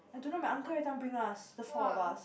I don't know my uncle every time bring us the four of us